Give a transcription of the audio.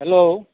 hello